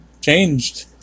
changed